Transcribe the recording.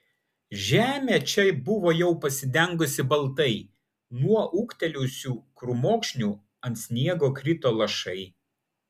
žemė čia buvo jau pasidengusi baltai nuo ūgtelėjusių krūmokšnių ant sniego krito lašai